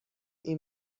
این